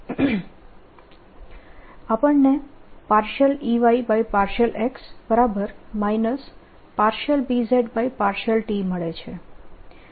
અને આપણને Ey∂x Bz∂t મળે છે